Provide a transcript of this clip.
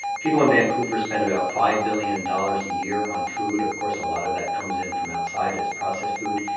people in vancouver spend about five billion dollars a year on food. of course a lot of that comes in from outside, it's processed food,